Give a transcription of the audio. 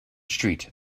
street